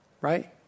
right